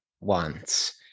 wants